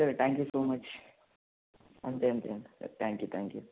sir thank you so much అంతే అంతే అంతే థ్యాంక్ యు థ్యాంక్ యు